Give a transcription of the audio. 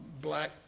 black